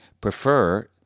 Prefer